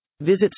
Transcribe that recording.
Visit